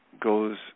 goes